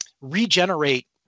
regenerate